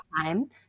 time